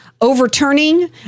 Overturning